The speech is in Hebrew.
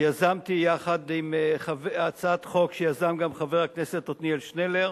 שיזם גם חבר הכנסת עתניאל שנלר,